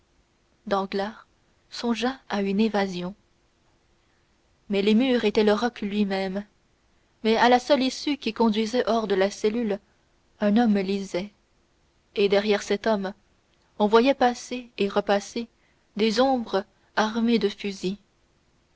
danglars songea à une évasion mais les murs étaient le roc lui-même mais à la seule issue qui conduisait hors de la cellule un homme lisait et derrière cet homme on voyait passer et repasser des ombres armées de fusils